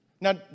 Now